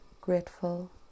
grateful